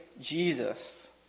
Jesus